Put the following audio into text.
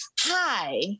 hi